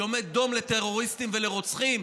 שעומד דום לטרוריסטים ולרוצחים.